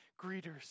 greeters